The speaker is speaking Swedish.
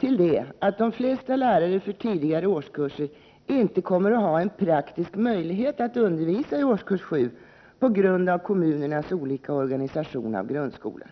Lägg därtill att de flesta lärare för tidigare årskurser inte kommer att ha en praktisk möjlighet att undervisa i årskurs 7 på grund av kommunernas olika organisation av grundskolan.